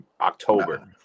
October